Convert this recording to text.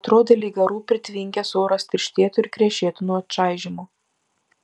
atrodė lyg garų pritvinkęs oras tirštėtų ir krešėtų nuo čaižymo